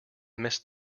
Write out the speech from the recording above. missed